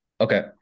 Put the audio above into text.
Okay